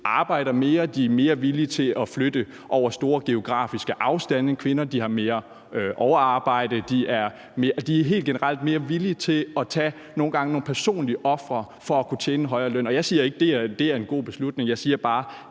arbejder mere, at de er mere villige til at flytte over store geografiske afstande end kvinder, at de har mere overarbejde, og at de helt generelt er mere villige til nogle gange at bringe nogle personlige ofre for at kunne tjene en højere løn. Og jeg siger ikke, at det er en god beslutning; jeg siger bare,